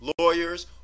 lawyers